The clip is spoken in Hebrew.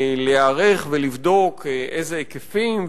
להיערך ולבדוק איזה היקפים,